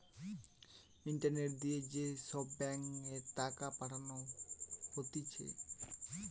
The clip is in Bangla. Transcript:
ইন্টারনেট দিয়ে যে সব ব্যাঙ্ক এ টাকা পাঠানো হতিছে